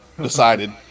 decided